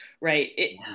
right